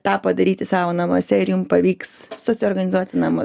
tą padaryti savo namuose ir jums pavyks susiorganizuoti namus